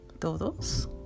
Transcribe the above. todos